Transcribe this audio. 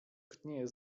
pnie